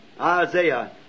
Isaiah